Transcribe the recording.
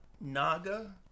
Naga